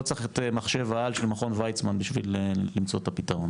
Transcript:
לא צריך את מחשב העל של מכון ויצמן בשביל למצוא את הפתרון,